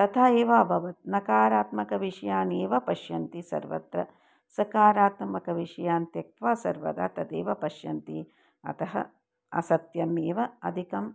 तथा एव अभवत् नकारात्मकविषयानेव पश्यन्ति सर्वत्र सकारात्मकविषयान् त्यक्त्वा सर्वदा तदेव पश्यन्ति अतः असत्यमेव अधिकम्